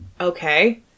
okay